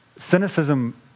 Cynicism